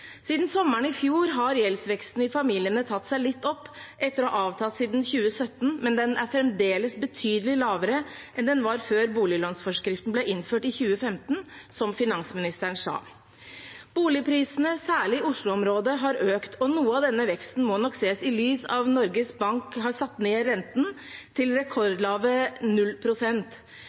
Siden sommeren i fjor har gjeldsveksten i familiene tatt seg litt opp, etter å ha avtatt siden 2017, men den er fremdeles betydelig lavere enn den var før boliglånsforskriften ble innført i 2015, som finansministeren sa. Boligprisene, særlig i Oslo-området, har økt, og noe av denne veksten må nok ses i lys av at Norges Bank har satt ned renten til rekordlave